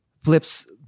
flips